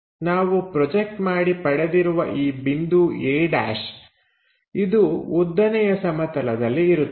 ನಾವು ಪ್ರೊಜೆಕ್ಟ್ ಮಾಡಿ ಪಡೆದಿರುವ ಈ ಬಿಂದು a' ಇದು ಉದ್ದನೆಯ ಸಮತಲದಲ್ಲಿ ಇರುತ್ತದೆ